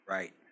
Right